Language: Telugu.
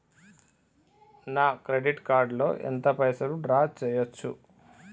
నా క్రెడిట్ కార్డ్ లో ఎంత పైసల్ డ్రా చేయచ్చు?